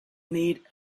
need